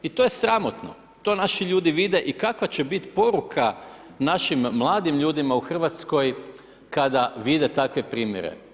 I to je sramotno, to naši ljudi vide i kakva će biti poruka našim mladim ljudima u Hrvatskoj kada vide takve primjere.